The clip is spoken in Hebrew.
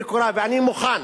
ואני מוכן,